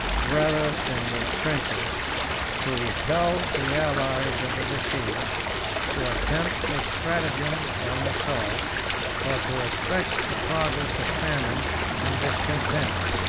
rather than with trenches to repel the allies of the besieged to attempt a stratagem or an assault or to expect the progress of famine and discontent.